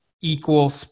equal